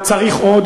צריך עוד,